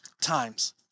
times